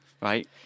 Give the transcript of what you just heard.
Right